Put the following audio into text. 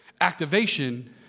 Activation